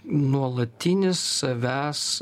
nuolatinis savęs